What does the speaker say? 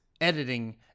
editing